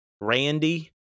Randy